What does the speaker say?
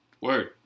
Word